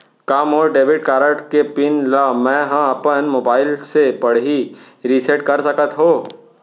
का मोर debit card के पिन ल मैं ह अपन मोबाइल से पड़ही रिसेट कर सकत हो?